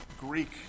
Greek